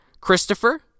Christopher